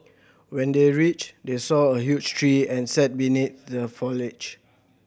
when they reached they saw a huge tree and sat beneath the foliage